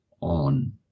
on